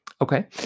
Okay